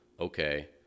okay